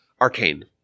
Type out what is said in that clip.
arcane